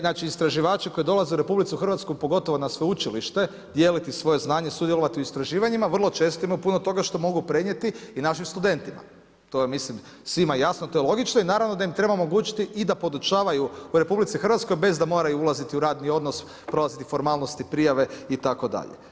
Znači istraživači koji dolaze u RH pogotovo na sveučilište dijeliti svoje znanje, sudjelovati u istraživanjima, vrlo često imaju puno toga što mogu prenijeti i našim studentima, to je mislim svima jasno, to je logično i naravno da im treba omogućiti i da podučavaju u RH bez da moraju ulaziti u radni odnos, prolaziti formalnosti, prijave itd.